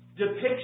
depiction